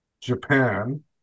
Japan